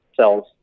cells